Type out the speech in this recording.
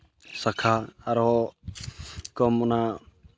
ᱥᱟᱠᱷᱟ ᱟᱨᱦᱚᱸ ᱠᱚᱢ ᱚᱱᱟ